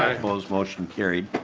opposed? motion carries.